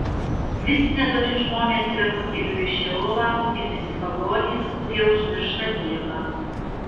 visi nedori žmonės yra pakeliui į šeolą ir visi pagonys kurie užmiršta dievą